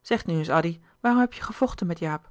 zeg nu eens addy waarom heb je gevochten met jaap